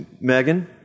Megan